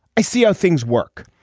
i see how things work.